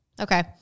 Okay